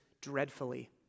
dreadfully